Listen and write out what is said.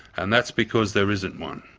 and that's because there isn't one.